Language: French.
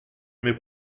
mais